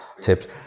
tips